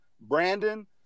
Brandon